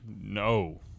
No